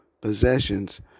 possessions